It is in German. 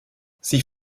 sie